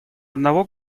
одного